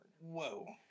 Whoa